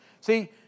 See